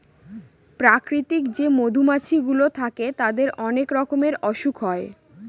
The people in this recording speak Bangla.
প্রাকৃতিক যে মধুমাছি গুলো থাকে তাদের অনেক রকমের অসুখ হয়